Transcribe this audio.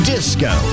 Disco